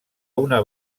una